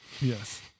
yes